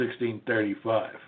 1635